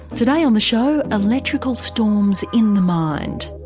today on the show. electrical storms in the mind.